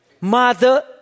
mother